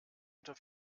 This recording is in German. unter